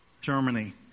Germany